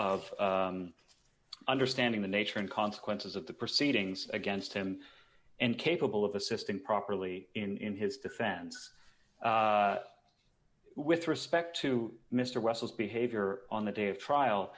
of understanding the nature and consequences of the proceedings against him and capable of assisting properly in his defense with respect to mr wessels behavior on the day of trial